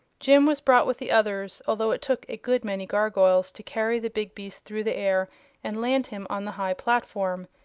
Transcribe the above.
jim was brought with the others, although it took a good many gargoyles to carry the big beast through the air and land him on the high platform,